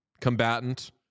combatant